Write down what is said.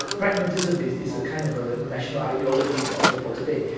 pragmatism is is a kind of ah national ideology in singapore today,